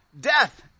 death